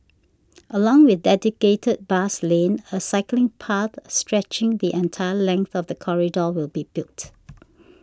along with dedicated bus lanes a cycling path stretching the entire length of the corridor will be built